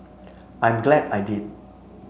I am glad I did